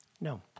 No